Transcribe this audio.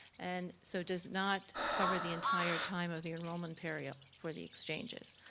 and so does not cover the entire time of the enrollment period for the exchanges.